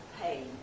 pain